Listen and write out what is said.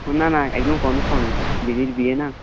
ও না না একদম কনফার্ম দিদির বিয়ে না